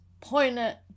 poignant